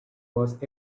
was